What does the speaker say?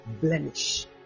blemish